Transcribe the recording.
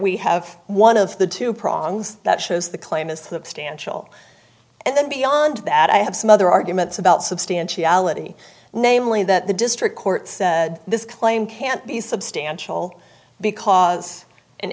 we have one of the two prongs that shows the claimant's of stansell and then beyond that i have some other arguments about substantiality namely that the district court said this claim can't be substantial because